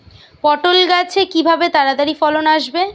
পটল গাছে কিভাবে তাড়াতাড়ি ফলন আসবে?